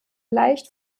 leicht